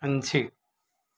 അഞ്ച്